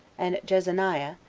and jezaniah,